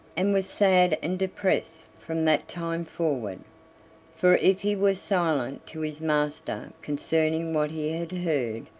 and was sad and depressed from that time forward for if he were silent to his master concerning what he had heard,